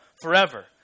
forever